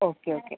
okay okay